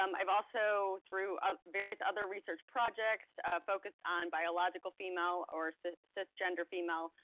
um i've also, through ah various other research projects, focused on biological female, or so cis-gender female,